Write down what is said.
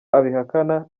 abihakana